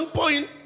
point